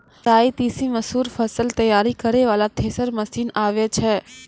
राई तीसी मसूर फसल तैयारी करै वाला थेसर मसीन आबै छै?